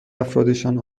افرادشان